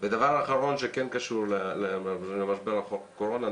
דבר אחרון שכן קשור למשבר הקורונה.